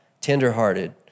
tenderhearted